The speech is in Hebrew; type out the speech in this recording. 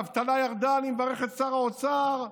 האבטלה ירדה, אני מברך את שר האוצר,